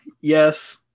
Yes